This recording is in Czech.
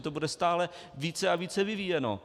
To bude stále více a více vyvíjeno.